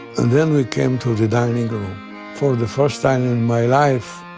then we came to the dining for the first time in my life,